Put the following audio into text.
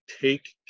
take